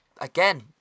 again